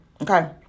okay